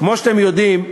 כמו שאתם יודעים,